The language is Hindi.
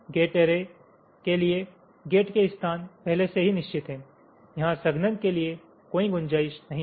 गेट एरे के लिए गेट के स्थान पहले से ही निश्चित हैं यहां संघनन के लिए कोई गुंजाइश नहीं है